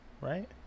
right